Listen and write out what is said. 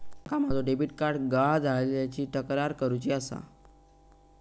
माका माझो debit card गहाळ झाल्याची तक्रार करुची आसा